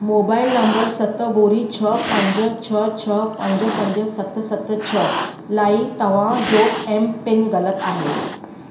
mobile number सत ॿुड़ी छ्ह पंज छह छ्ह पंज पंज सत सत छ्ह लाइ तव्हां जो एम पिन ग़लति आहे